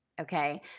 Okay